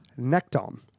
Nectom